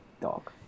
dog